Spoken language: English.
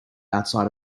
outside